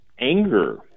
anger